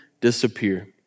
disappear